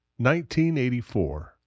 1984